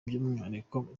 by’umwihariko